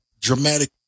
dramatic